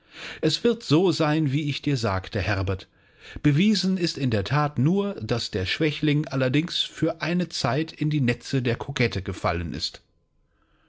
es wird so sein wie ich dir sagte herbert bewiesen ist in der that nur daß der schwächling allerdings für eine zeit in die netze der kokette gefallen ist